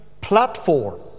platform